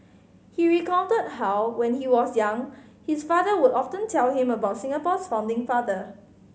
he recounted how when he was young his father would often tell him about Singapore's founding father